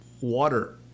water